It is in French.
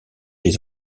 les